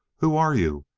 who are you?